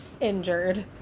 injured